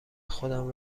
خودم